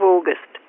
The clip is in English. August